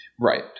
right